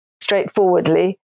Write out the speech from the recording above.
straightforwardly